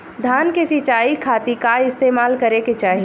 धान के सिंचाई खाती का इस्तेमाल करे के चाही?